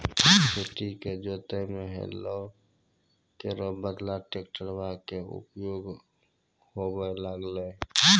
खेतो क जोतै म हलो केरो बदला ट्रेक्टरवा कॅ उपयोग होबे लगलै